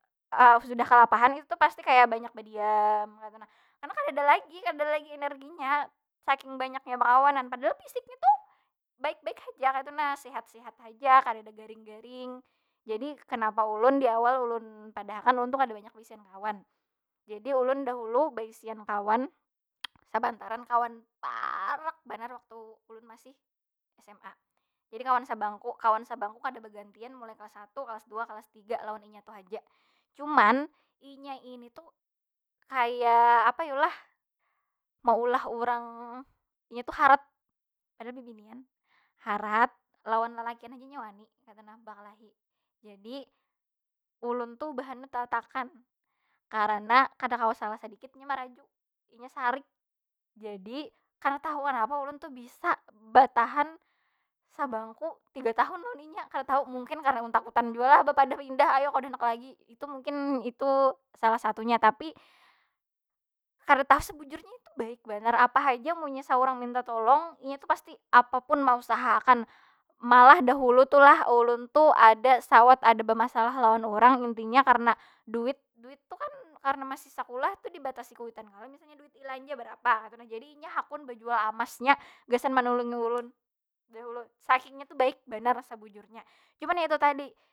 sudah kalapahan kaytu tu pasti banyak badiam, kaytu nah. Karena kadada lagi, kadada lagi energinya. Saking banyaknya bakawanan, padahal fisiknya tu baik baik haja kaytunah. Sehat sehat haja, kadada garing garing jadi kenapa ulun di awal ulun padah akan ulun kada banyak baisian kawan. Jadi ulun dahulu, baisian kawan sabanttaran kawan parak banar waktu ulun masih sma. Jadi kawan sabangku, kawan sabangku kada bagantian mulai kalas satu, kalas dua, kalas tiga lawan inya tu haja. Cuman, inya ini tu kaya apa yu lah? Maulah urang, inya tu harat padahal bibinian, harat lawan lalakian aja inya wani kaytu nah, bakalahi. Jadi, ulun tu karana kada kawa salah sadikit inya maraju. Inya sarik, jadi kada tahu kanapa ulun tu bisa batahan sabangku tiga tahun lawan inya. Kada tahu mungkin, karena ulun takutan jua lah bapadah pindah, ayo ulun kada handak lagi. Itu mungkin, itu salah satunya. Tapi, kada tahu itu sebujurnya baik banar, apa haja amunnya saurang minta tolong inya tu pasti apa pun mausaha akan. Malah dahulu tu lah, ulun tu sawat ada bamasalah lawan urang intinya karena duit, duit tu kan karena masih sakulah dibatasi kuitan kalo, misal duit ilanja barapa kaytu nah. Jadi inya hakun bajual amasnya gasan manulungi ulun, dahulu saking inya tu baik banar sabujurnya. Cuman ya itu tadi.